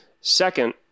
Second